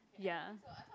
ya